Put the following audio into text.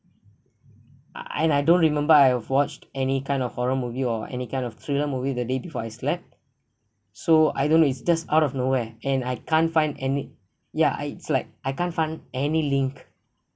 and I don't remember I have watched any kind of horror movie or any kind of thriller movie the day before I slept so I don't know it's just out of nowhere and I can't find any ya I it's like I can't find any link